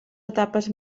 etapes